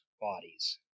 bodies